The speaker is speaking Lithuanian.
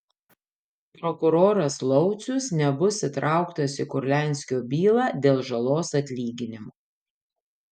prokuroras laucius nebus įtrauktas į kurlianskio bylą dėl žalos atlyginimo